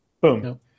boom